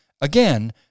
Again